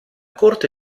corte